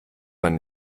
man